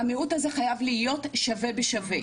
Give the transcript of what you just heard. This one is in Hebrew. והמיעוט הזה חייב להיות שווה בשווה.